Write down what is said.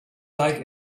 like